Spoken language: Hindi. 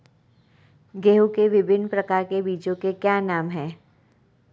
गेहूँ के विभिन्न प्रकार के बीजों के क्या नाम हैं?